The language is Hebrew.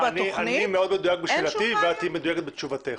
אני מאוד מדויק בתשובתי ואת תהיי מדויקת בתשובתך.